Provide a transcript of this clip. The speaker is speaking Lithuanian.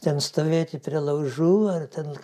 ten stovėti prie laužų ar ten